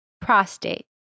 prostate